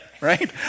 right